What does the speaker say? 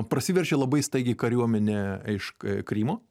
prasiveržė labai staigiai kariuomenė iš krymo